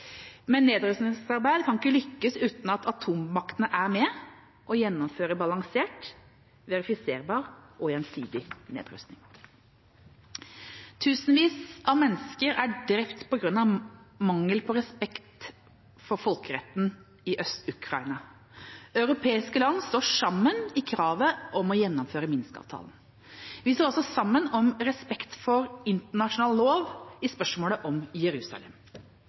men nedrustningsarbeid kan ikke lykkes uten at atommaktene er med og gjennomfører balansert, verifiserbar og gjensidig nedrustning. Tusenvis av mennesker er drept på grunn av mangel på respekt for folkeretten i Øst-Ukraina. Europeiske land står sammen i kravet om å gjennomføre Minsk-avtalen. Vi står også sammen om respekt for internasjonal lov i spørsmålet om Jerusalem,